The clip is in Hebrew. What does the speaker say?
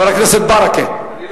חבר הכנסת ברכה.